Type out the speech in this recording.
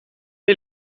est